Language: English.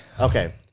Okay